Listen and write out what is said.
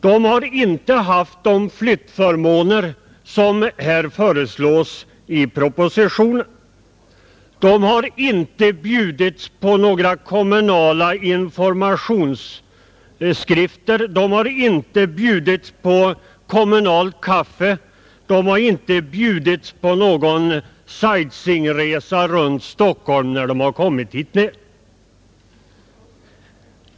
De har inte haft de flyttförmåner som här föreslås i propositionen, de har inte fått några kommunala informationsskrifter, de har inte bjudits på kommunalt kaffe, de har inte bjudits på någon sightseeingsresa runt Stockholm när de har kommit hit ner.